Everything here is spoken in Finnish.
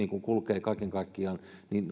kulkevat kaiken kaikkiaan